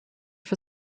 für